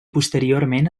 posteriorment